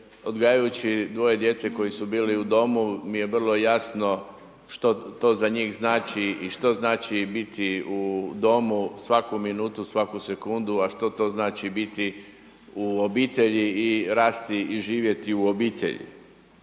odgajajući dvoje djece koji su bili u domu mi je vrlo jasno što to za njih znači i što znači biti u domu svaku minutu, svaku sekundu a što to znači biti u obitelji i rasti i živjeti u obitelji.